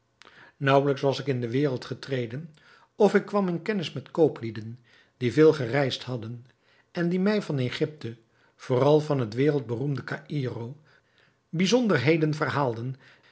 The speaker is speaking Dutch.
naauwelijks was ik de wereld ingetreden of ik kwam in kennis met kooplieden die veel gereisd hadden en die mij van egypte vooral van het wereldberoemde caïro bijzonderheden verhaalden